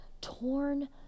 torn